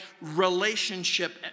relationship